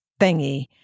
thingy